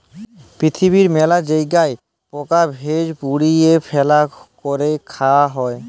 পিরথিবীর মেলা জায়গায় পকা ভেজে, পুড়িয়ে, রাল্যা ক্যরে খায়া হ্যয়ে